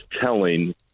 telling